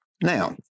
Now